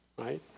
right